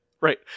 Right